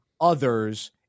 others